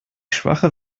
schwache